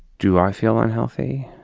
do i feel unhealthy?